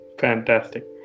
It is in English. Fantastic